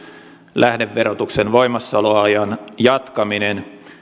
lähdeverotuksen voimassaoloajan jatkaminen